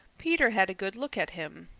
peter had a good look at him.